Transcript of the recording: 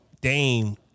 Dame